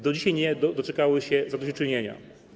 Do dzisiaj nie doczekały się zadośćuczynienia.